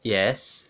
yes